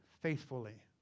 faithfully